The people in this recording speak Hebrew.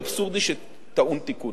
אבסורדי, שטעון תיקון.